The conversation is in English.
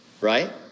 Right